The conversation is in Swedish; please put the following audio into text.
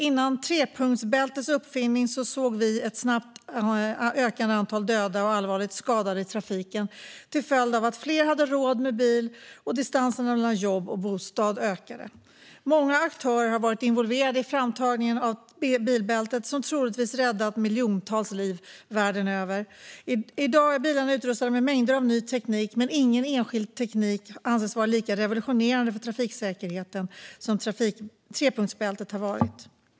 Innan trepunktsbältet uppfanns såg vi ett snabbt ökande antal döda och allvarligt skadade i trafiken, till följd av att fler hade råd med bil och av att distansen mellan jobb och bostad ökade. Många aktörer har varit involverade i framtagningen av bilbältet, som troligtvis räddat miljontals liv världen över. I dag är bilarna utrustade med mängder av ny teknik, men ingen enskild teknik anses vara lika revolutionerande för trafiksäkerheten som trepunktsbältet har varit.